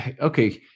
okay